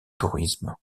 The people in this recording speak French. tourisme